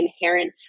inherent